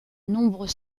nombreux